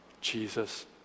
Jesus